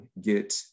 get